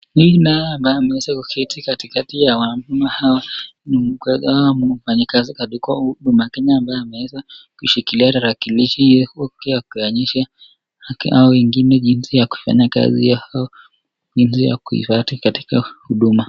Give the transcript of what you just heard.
Huyu naye ameketi katikati ni mfanyekazi wa Huduma. Ameweza kuzungumza nao jinsi ya kuifathi katika Huduma.